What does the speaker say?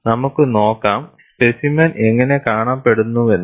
നമുക്ക് നോക്കാം സ്പെസിമെൻ എങ്ങനെ കാണപ്പെടുന്നുവെന്ന്